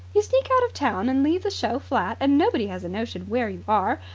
you sneak out of town and leave the show flat, and nobody has a notion where you are.